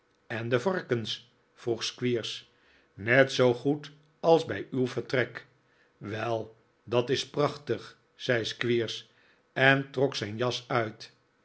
en de varkens vroeg squeers net zoo goed als bij uw vertrek wel dat is prachtig zei squeers en trok zijn jas uit